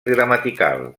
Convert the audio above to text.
gramatical